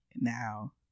now